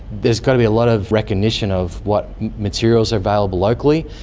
there's got to be a lot of recognition of what materials are available locally.